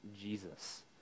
Jesus